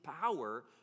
power